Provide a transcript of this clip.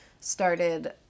started